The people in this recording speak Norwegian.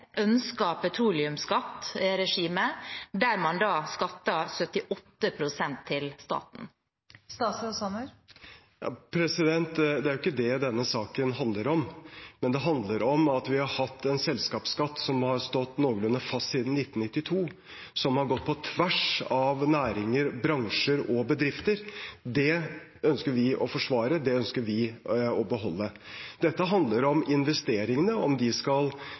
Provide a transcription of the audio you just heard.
Det er ikke det denne saken handler om, den handler om at vi har hatt en selskapsskatt som har stått noenlunde fast siden 1992, og som har gått på tvers av næringer, bransjer og bedrifter. Det ønsker vi å forsvare, det ønsker vi å beholde. Dette handler om investeringene, om avskrivningene – om det skal henge sammen med verdifallet, eller om man skal